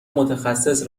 متخصص